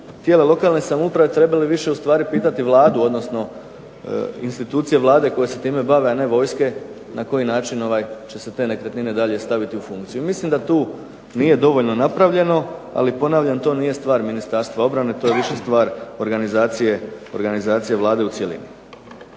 tijela lokalne samouprave trebali više pitati Vladu, odnosno institucije Vlade koje se time bave, na koji način će se te nekretnine staviti u funkciju. Mislim da tu nije dovoljno napravljeno ali ponavljam to nije stvar Ministarstva obrane, to je više stvar organizacije u cjelini.